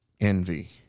envy